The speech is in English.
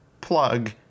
plug